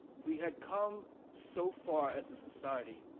we had come so far as a society,